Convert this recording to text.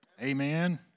amen